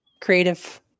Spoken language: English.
creative